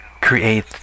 create